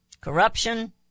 corruption